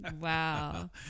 Wow